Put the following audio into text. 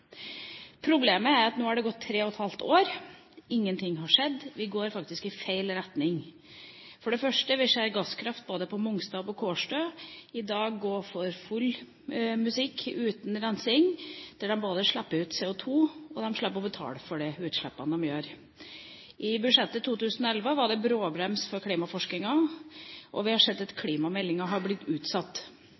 Problemet er at nå har det gått tre og et halvt år, og ingen ting har skjedd. Vi går faktisk i feil retning. For det første: Vi ser gasskraft både på Mongstad og Kårstø i dag gå for full musikk uten rensing, der de både slipper ut CO2 og slipper å betale for disse utslippene. I budsjettet for 2011 var det bråbrems for klimaforskninga, og vi har sett at klimameldinga er blitt utsatt.